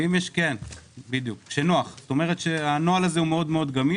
בדיוק, כשנוח, כלומר הנוהל הזה מאוד גמיש.